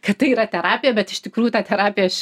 kad tai yra terapija bet iš tikrųjų tą terapiją aš